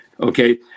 Okay